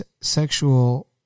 sexual